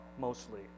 mostly